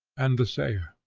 and the sayer.